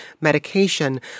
medication